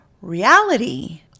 reality